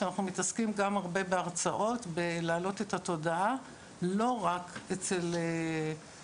אנחנו מתעסקים גם הרבה בהרצאות ולהעלות את התודעה לא רק בקהילה,